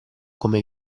come